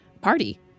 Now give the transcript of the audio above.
party